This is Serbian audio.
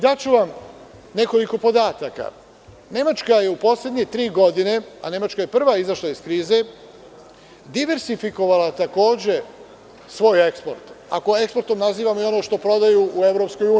Daću vam nekoliko podataka, Nemačka je u poslednje tri godine, a prva je izašla iz krize, diversifikovala svoj eksport, ako eksportom nazivamo ono što prodaju u EU.